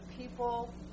people